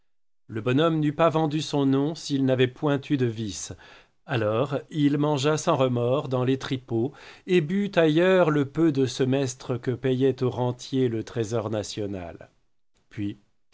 le bonhomme n'eût pas vendu son nom s'il n'avait point eu de vices alors il mangea sans remords dans les tripots et but ailleurs le peu de semestres que payait aux rentiers le trésor national puis